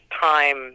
time